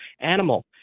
animal